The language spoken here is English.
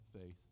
faith